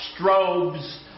strobes